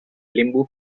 limbu